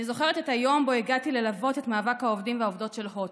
אני זוכרת את היום שבו הגעתי ללוות את מאבק העובדים והעובדות של הוט.